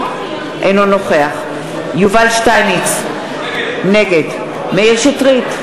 אינו נוכח יובל שטייניץ, נגד מאיר שטרית,